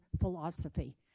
philosophy